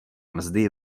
mzdy